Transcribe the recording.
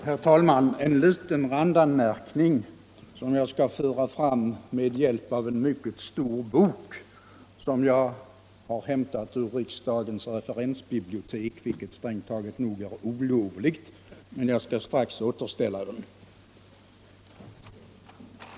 Herr talman! En liten randanmärkning, som jag skall föra fram med hjälp av en mycket stor bok. Den har jag hämtat ur riksdagens handbibliotek, vilket strängt taget är olovligt — men jag skall strax återställa den.